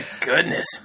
goodness